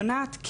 "יונת ,